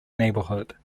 neighbourhood